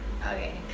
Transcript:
Okay